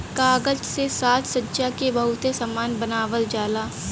कागज से साजसज्जा के बहुते सामान बनावल जाला